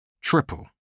triple